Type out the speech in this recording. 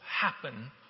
happen